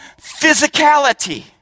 physicality